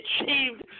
achieved